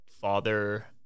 father